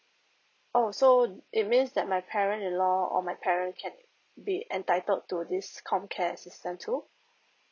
oh so it means that my parent in law or my parent can be entitled to this comcare assistant too